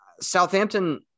Southampton